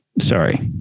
sorry